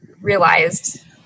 realized